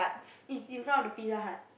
is in front of the Pizza-Hut